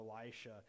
Elisha